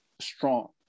strong